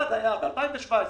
ב-2017,